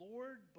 Lord